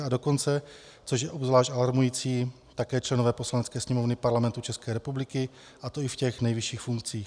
A dokonce, což je obzvlášť alarmující, také členové Poslanecké sněmovny Parlamentu České republiky, a to i v těch nejvyšších funkcích.